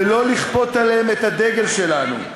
ולא לכפות עליהם את הדגל שלנו.